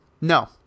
No